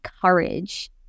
courage